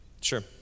Sure